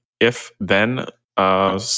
if-then